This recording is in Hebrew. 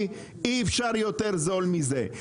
אי אפשר יותר זול מזה.